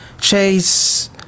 Chase